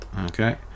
Okay